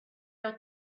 out